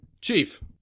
Chief